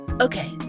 Okay